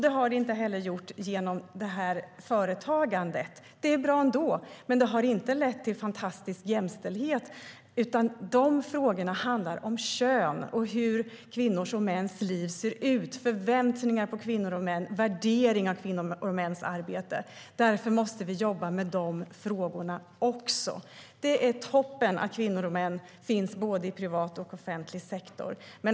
Det har det inte heller gjort genom detta företagande. Det är bra ändå. Men det har inte lett till en fantastisk jämställdhet, utan dessa frågor handlar om kön och hur kvinnors och mäns liv ser ut, förväntningar på kvinnor och män och värderingar av kvinnors och mäns arbete. Därför måste vi jobba med dessa frågor också. Det är toppen att kvinnor och män finns i både privat och offentlig sektor.